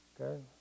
Okay